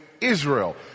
Israel